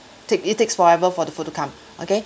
take it takes forever for the food to come okay